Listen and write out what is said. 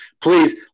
please